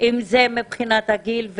אם זה מבחינת הגיל,